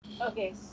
Okay